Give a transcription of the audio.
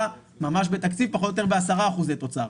ממש בתקציב פחות או יותר ב-10% תוצר.